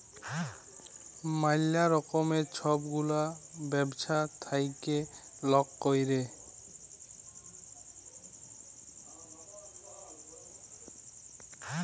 ম্যালা রকমের ছব গুলা ব্যবছা থ্যাইকে লক ক্যরে